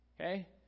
Okay